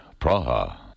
Praha